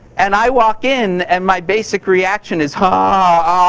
and i walk in and my basic reaction is, ah